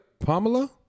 Pamela